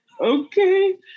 okay